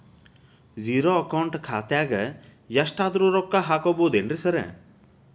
Zero account ಖಾತ್ಯಾಗ ಎಷ್ಟಾದ್ರೂ ರೊಕ್ಕ ಹಾಕ್ಬೋದೇನ್ರಿ ಸಾರ್?